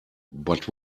but